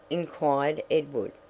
inquired edward.